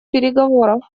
переговоров